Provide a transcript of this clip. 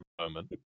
moment